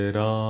Ram